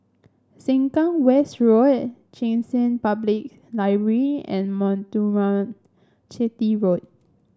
Sengkang West Road Cheng San Public Library and Muthuraman Chetty Road